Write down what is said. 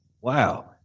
Wow